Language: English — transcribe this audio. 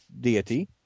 deity